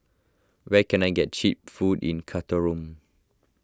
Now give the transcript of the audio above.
where can I get Cheap Food in